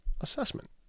assessment